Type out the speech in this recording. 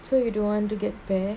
so you don't want to get pair